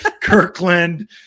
Kirkland